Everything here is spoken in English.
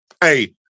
hey